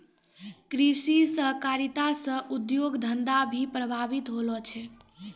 कृषि सहकारिता से उद्योग धंधा भी प्रभावित होलो छै